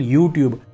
YouTube